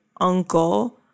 uncle